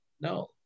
no